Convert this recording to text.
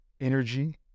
energy